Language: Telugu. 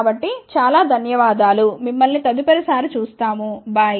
కాబట్టి చాలా ధన్యవాదాలు మిమ్మల్ని తదుపరిసారి చూస్తాము బై